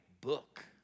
book